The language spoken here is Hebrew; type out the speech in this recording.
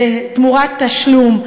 תמורת תשלום,